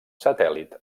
satèl·lit